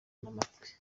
n’amatwi